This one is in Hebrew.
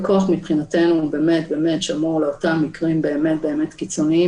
מבחינתנו השימוש בכוח באמת שמור לאותם מקרים באמת קיצוניים